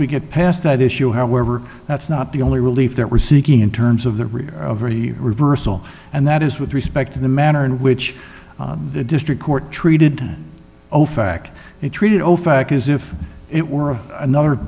we get past that issue however that's not the only relief that we're seeking in terms of the very reversal and that is with respect to the manner in which the district court treated ofac it treated ofac as if it were of another